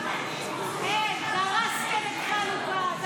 דרסתם את חנוכה.